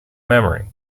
memory